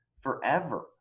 forever